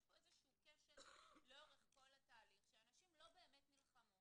יש פה איזשהו כשל לאורך כל התהליך שאנשים לא באמת נלחמו